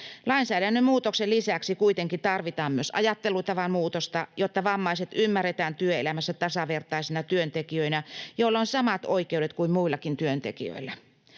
Lainsäädännön muutoksen lisäksi tarvitaan kuitenkin myös ajattelutavan muutosta, jotta vammaiset ymmärretään työelämässä tasavertaisiksi työntekijöiksi, joilla on samat oikeudet kuin muillakin työntekijöillä.